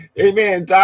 Amen